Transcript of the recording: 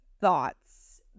thoughts